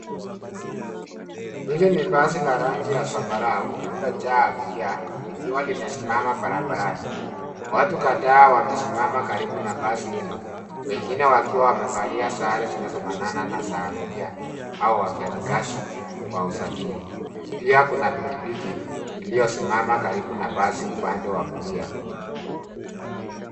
Hili ni basi la rangi ya zambarau lililojaa abiria likiwa limesimama barabarani. Watu kadhaa wamesimama karibu na basi hilo wengine wakiwa wamevalia sare zinazofanana na za abiria au wafanyikazi wa usafiri. Pia kuna pikipiki iliyosimama karibu na basi upande wa kulia.